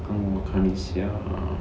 让我看一下 ah